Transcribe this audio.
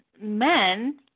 men